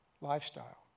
lifestyle